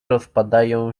rozpadają